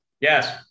Yes